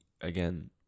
again